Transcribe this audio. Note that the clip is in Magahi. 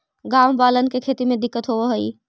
गाँव वालन के खेती में दिक्कत होवऽ हई